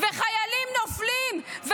חיילים נופלים,